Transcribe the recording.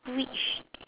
which